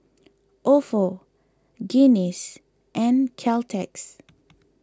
Ofo Guinness and Caltex